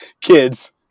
Kids